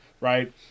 right